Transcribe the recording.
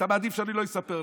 אתה מעדיף שאני לא אספר לך,